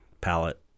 palette